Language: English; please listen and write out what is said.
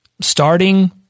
starting